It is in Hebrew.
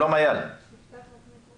שלום, בוקר